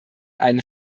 einen